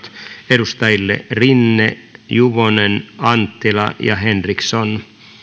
edustajille rinne juvonen anttila ja henriksson